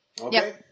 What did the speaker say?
Okay